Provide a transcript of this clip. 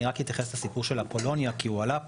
אני רק אתייחס לסיפור של אפולוניה כי הוא עלה פה.